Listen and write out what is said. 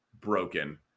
broken